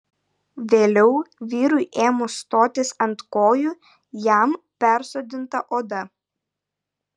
vėliau vyrui ėmus stotis ant kojų jam persodinta oda